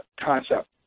concept